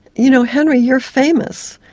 you know, henry, you're famous.